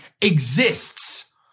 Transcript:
exists